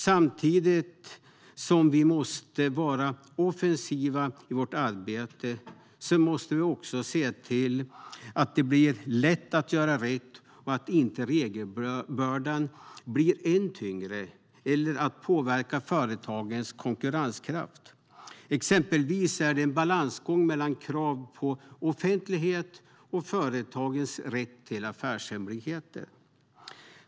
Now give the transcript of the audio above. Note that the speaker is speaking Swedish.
Samtidigt som vi måste vara offensiva i vårt arbete måste vi också se till att det blir lätt att göra rätt så att inte regelbördan blir ännu tyngre och påverkar företagens konkurrenskraft. Exempelvis är det en balansgång mellan krav på offentlighet och företagens rätt till affärshemligheter.